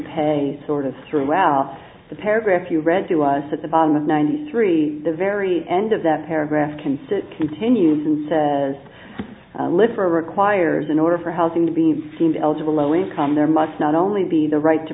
pay sort of throughout the paragraph you read to us at the bottom of ninety three the very end of that paragraph considered continues and says lipper requires an order for housing to be deemed eligible low income there must not only be the right to